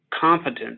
competent